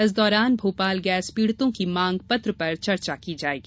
इस दौरान भोपाल गैस पीड़ितों की मांग पत्र पर चर्चा की जायेगी